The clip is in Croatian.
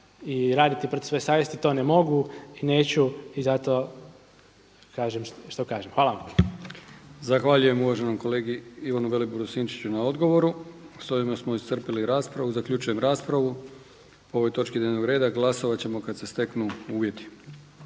i raditi protiv svoje savjesti, to ne mogu i neću i zato kažem što kažem. Hvala vam. **Brkić, Milijan (HDZ)** Zahvaljujem uvaženom kolegi Ivanu Viliboru Sinčiću na odgovoru. S ovime smo iscrpili raspravu. Zaključujem raspravu. Po ovoj točki dnevnog reda glasovat ćemo kada se steknu uvjeti.